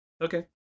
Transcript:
Okay